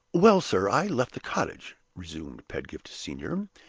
well, sir, i left the cottage, resumed pedgift senior.